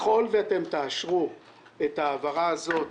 אם תאשרו את ההעברה הזאת